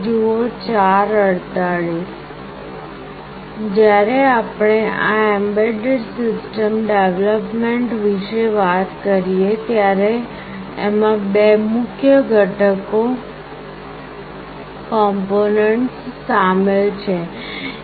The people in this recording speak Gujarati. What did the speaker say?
જ્યારે આપણે આ એમ્બેડેડ સિસ્ટમ ડેવલપમેન્ટ વિશે વાત કરીએ ત્યારે એમાં બે મુખ્ય ઘટકો સામેલ છે